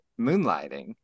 moonlighting